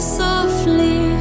softly